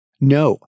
No